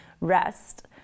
Rest